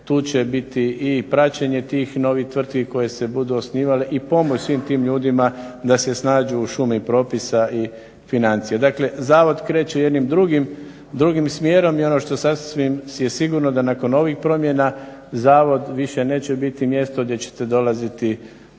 tu će biti i praćenje tih novih tvrtki koje se budu osnivale i pomoć svim tim ljudima da se snađu u šumi propisa i financija. Dakle, zavod kreće jednim drugim smjerom i ono što sasvim je sigurno da nakon ovih promjena zavod više neće biti mjesto gdje ćete dolaziti